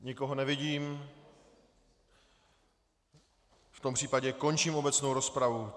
Nikoho nevidím, v tom případě končím obecnou rozpravu.